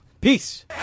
Peace